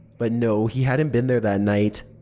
but no, he hadn't been there that night.